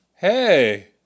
Hey